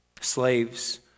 slaves